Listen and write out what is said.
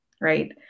right